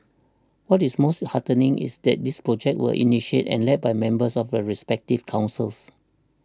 what is most heartening is that these projects were initiated and led by members of the respective councils